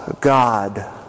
God